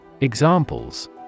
Examples